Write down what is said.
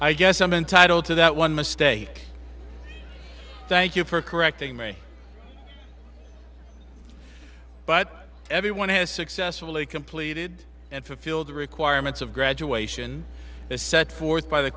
i guess i'm entitled to that one mistake thank you for correcting me but everyone has successfully completed and fulfilled the requirements of graduation the set forth by the